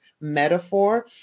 metaphor